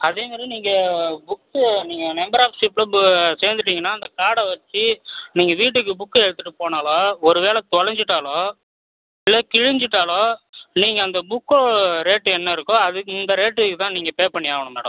அதேமாதிரி நீங்கள் புக்கு நீங்கள் மெம்பர் ஆஃப் ஷிப்பில் பு சேர்ந்துட்டிங்கனா அந்த கார்டை வச்சு நீங்கள் வீட்டுக்கு புக்கை எடுத்துகிட்டு போனாலோ ஒரு வேளை தொலைஞ்சிட்டாலோ இல்லை கிழிஞ்சிவிட்டாலோ நீங்கள் அந்த புக்கு ரேட்டு என்ன இருக்கோ அது இந்த ரேட்டு இதுதான் நீங்கள் பே பண்ணி ஆகணும் மேடம்